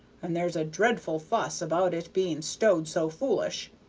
and there's a dreadful fuss about its being stowed so foolish.